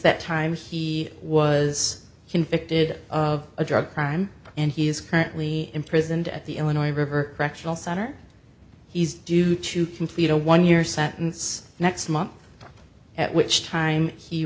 that time he was convicted of a drug crime and he is currently imprisoned at the illinois river correctional center he's due to complete a one year sentence next month at which time he